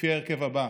לפי ההרכב הזה: